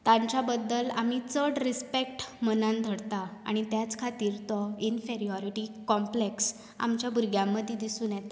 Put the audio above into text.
तांच्या बद्दल आमी चड रिस्पेक्ट मनान धरता आनी त्याच खातीर तो इनफेरीयोरीटी कॉप्लेक्स आमच्या भुरग्यांमदी दिसून येता